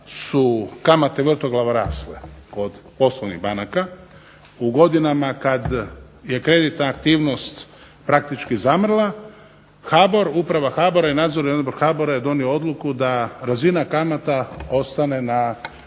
su kamate vrtoglavo rasle, kod poslovnih banaka, u godinama kad je kreditna aktivnost praktički zamrla HBOR, Uprava HBOR-a i Nadzorni odbor HBOR-a je donio odluku da razina kamata ostane na